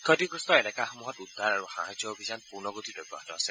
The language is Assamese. ক্ষতিগ্ৰস্ত এলেকাসমূহত উদ্ধাৰ আৰু সাহায্য অভিযান পূৰ্ণগতিত অব্যাহত আছে